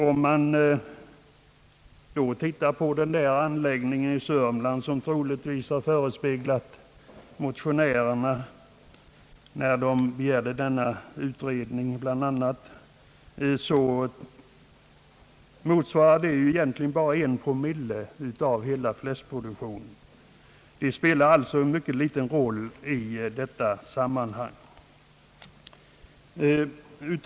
Om man då tittar på den där anläggningen i Sörmland, som troligtvis har förespeglat motionärerna när de begärde denna utredning, finner man att den svarar för bara en promille av hela fläskproduktionen i landet. Den spelar alltså en mycket liten roll i detta sammanhang.